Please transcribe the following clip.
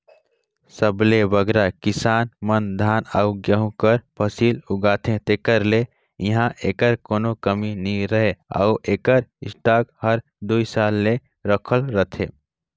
सबले बगरा किसान मन धान अउ गहूँ कर फसिल उगाथें तेकर ले इहां एकर कोनो कमी नी रहें अउ एकर स्टॉक हर दुई साल ले रखाल रहथे